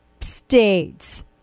states